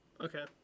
Okay